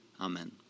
Amen